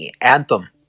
Anthem